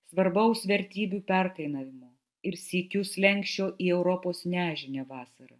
svarbaus vertybių perkainavimo ir sykių slenksčio į europos nežinią vasara